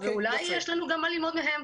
אולי יש לנו גם מה ללמוד מהם.